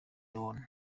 leone